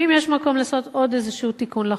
אם יש מקום לעשות עוד איזשהו תיקון לחוק,